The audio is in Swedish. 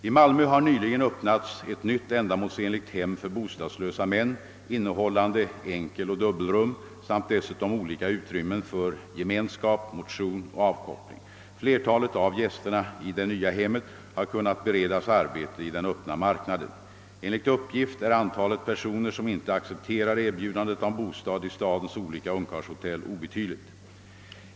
I Malmö har nyligen öppnats ett nytt ändamålsenligt hem för bostadslösa män, innehållande enkeloch dubbel rum samt dessutom olika utrymmen för gemenskap, motion och avkoppling. Flertalet av gästerna i det nya hemmet har kunnat beredas arbete i den öppna marknaden. Enligt uppgift är antalet personer som inte accepterar erbjudandet om bostad i stadens olika ungkarlshotell obetydligt.